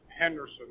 Henderson